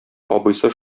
абыйсы